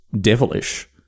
devilish